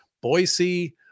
Boise